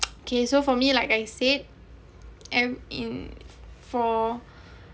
okay so for me like I said am in for